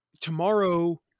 tomorrow